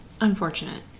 unfortunate